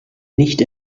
nicht